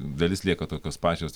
dalis lieka tokios pačios